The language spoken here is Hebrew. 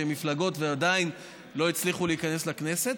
שהן מפלגות ועדיין לא הצליחו להיכנס לכנסת,